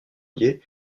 liées